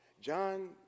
John